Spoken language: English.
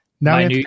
Now